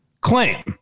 claim